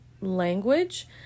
language